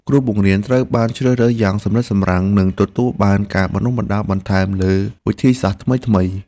គ្រូបង្រៀនត្រូវបានជ្រើសរើសយ៉ាងសម្រិតសម្រាំងនិងទទួលបានការបណ្តុះបណ្តាលបន្ថែមលើវិធីសាស្ត្រថ្មីៗ។